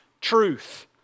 truth